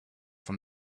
from